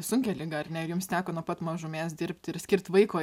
sunkią ligą ar ne ir jums teko nuo pat mažumės dirbti ir skirt vaiko